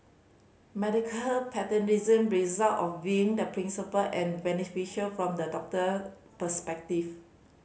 medical paternalism result of viewing the principle and beneficial from the doctor perspective